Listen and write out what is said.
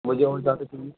مجھے اور زیادہ چاہیے